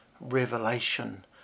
revelation